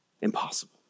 Impossible